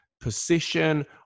position